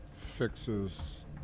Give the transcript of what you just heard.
fixes